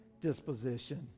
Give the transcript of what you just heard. disposition